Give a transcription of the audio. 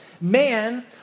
Man